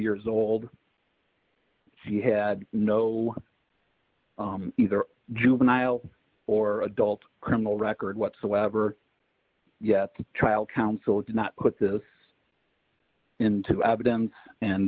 years old she had no either or juvenile or adult criminal record whatsoever yet the trial counsel did not put this into evidence and